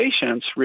patients